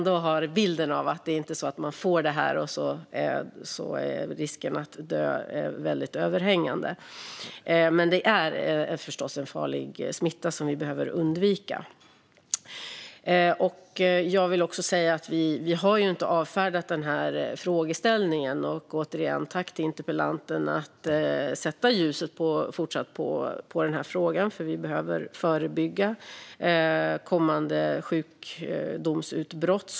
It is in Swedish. Det är alltså inte så att risken är överhängande att dö om man får det här, men det är förstås en farlig smitta som vi behöver undvika. Jag vill också säga att vi inte har avfärdat den här frågeställningen. Jag tackar interpellanten för att han sätter ljuset på den här frågan, för vi behöver såklart förebygga framtida sjukdomsutbrott.